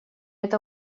это